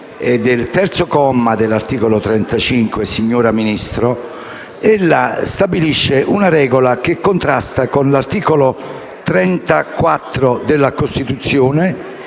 del comma 3 dell'articolo 3, signor Ministro, ella stabilisce una regola che contrasta con gli articoli 9 e 34 della Costituzione.